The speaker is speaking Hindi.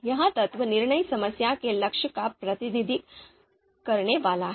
यह तत्व निर्णय समस्या के लक्ष्य का प्रतिनिधित्व करने वाला है